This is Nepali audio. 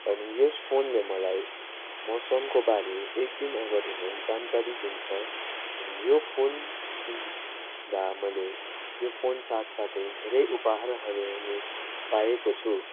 अनि यस फोनले मलाई मौसमको बारे एक दिन अगाडि नै जानकारी दिन्छ अनि यो फोन किन्दा मैले यो फोन साथ साथै धेरै उपहारहरू नि पाएको छु